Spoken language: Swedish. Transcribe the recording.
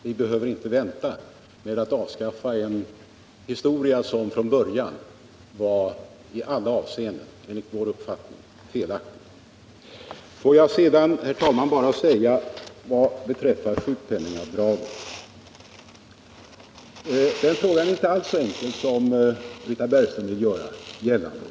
Vi behöver inte vänta med att avskaffa något som enligt vår uppfattning redan från början i alla avseenden var felaktigt. Får jag sedan, herr talman, bara säga beträffande sjukpenningavdragen att den frågan inte alls är så enkel som Britta Bergström vill göra gällande.